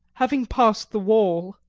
having passed the wall,